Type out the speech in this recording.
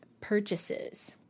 purchases